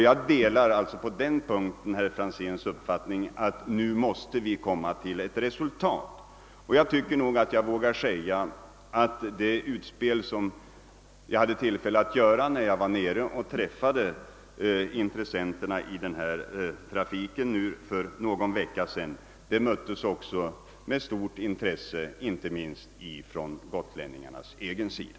Jag delar alltså på den punkten herr Franzéns i Träkumla uppfattning att vi nu måste nå ett resultat. Jag vågar säga att det utspel jag hade tillfälle att göra när jag nere på Gotland träffade intressenterna i denna trafik för någon vecka sedan också möttes med stort intresse, inte minst från gotlänningarnas egen sida.